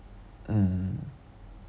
mm